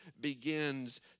begins